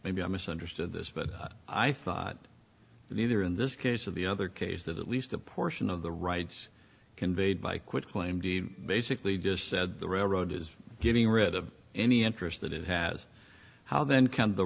maybe i misunderstood this but i thought that either in this case of the other case that at least a portion of the rights conveyed by quitclaim deed basically just said the railroad is getting rid of any interest that it has how then c